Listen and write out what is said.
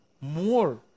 more